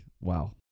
wow